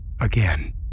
Again